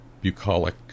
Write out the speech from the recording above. bucolic